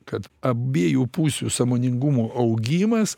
kad abiejų pusių sąmoningumo augimas